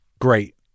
Great